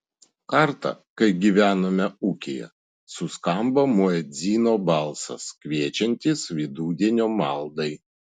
kartą kai gyvenome ūkyje suskambo muedzino balsas kviečiantis vidudienio maldai